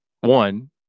One